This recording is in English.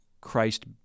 Christ